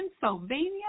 Pennsylvania